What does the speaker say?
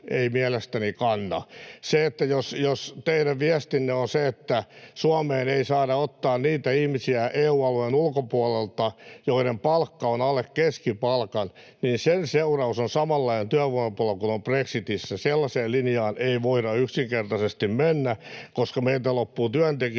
ei mielestäni kanna. Jos teidän viestinne on se, että Suomeen ei saada ottaa EU-alueen ulkopuolelta niitä ihmisiä, joiden palkka on alle keskipalkan, niin sen seuraus on samanlainen työvoimapula kuin on brexitissä. Sellaiseen linjaan ei voida yksinkertaisesti mennä, koska meiltä loppuvat työntekijät